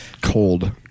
cold